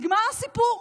נגמר הסיפור.